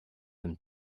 them